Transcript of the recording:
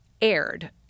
aired